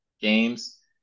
games